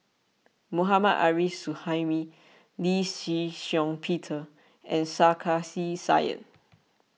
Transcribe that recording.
Mohammad Arif Suhaimi Lee Shih Shiong Peter and Sarkasi Said